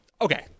okay